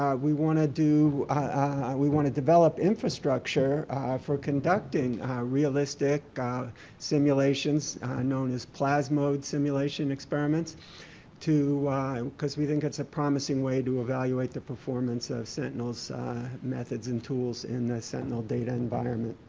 um we want to do we want to develop infrastructure for conducting a realistic simulation known as plasmode simulation experiments to because we think it's a promising way to evaluate the performance of sentinel's methods and tools in the sentinel data environment.